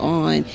on